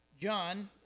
John